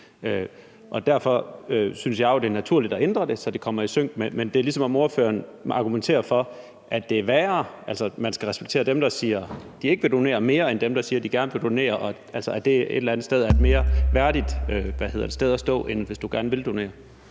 derfor synes jeg jo, det er naturligt at ændre det, så det kommer I sync med det. Det er, ligesom om ordføreren argumenterer for, at det er værre, altså at man skal respektere dem, der siger, at de ikke vil donere, mere end dem, der siger, at de gerne vil donere – altså at det et eller andet sted er et mere værdigt sted at stå, end hvis du gerne vil donere.